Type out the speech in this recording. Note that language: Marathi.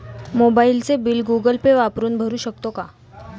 मोबाइलचे बिल गूगल पे वापरून भरू शकतो का?